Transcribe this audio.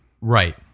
Right